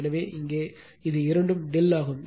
எனவே இங்கே இது இரண்டும் ∆ ஆகும்